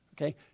Okay